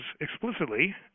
explicitly